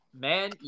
man